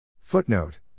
Footnote